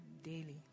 Daily